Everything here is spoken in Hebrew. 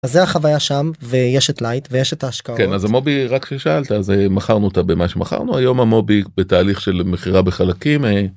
אז זה החוויה שם, ויש את לייט, ויש את ההשקעות. כן, אז אמובי רק ששאלת, אז מכרנו אותה במה שמכרנו, היום אמובי בתהליך של מכירה בחלקים. אה...